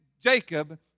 Jacob